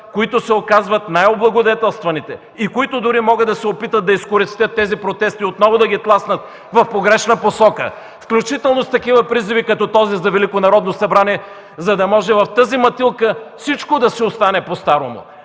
които се оказват най-облагодетелстваните и които дори могат да се опитат да изкористят тези процеси и отново да ги тласнат в погрешна посока, включително с призиви като този за Велико Народно събрание, за да може в тази мътилка всичко да си остане постарому.